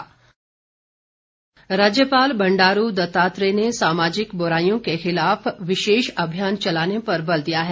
राज्यपाल राज्यपाल बंडारू दत्तात्रेय ने सामाजिक बुराईयों के खिलाफ विशेष अभियान चलाने पर बल दिया है